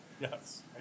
Yes